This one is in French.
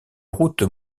route